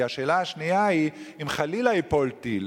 השאלה השנייה היא: אם חלילה ייפול טיל,